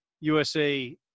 USA